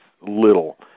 little